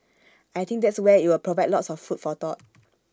I think that's where IT will provide lots of food for thought